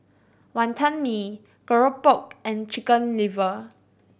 Wantan Mee keropok and Chicken Liver